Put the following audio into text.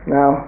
Now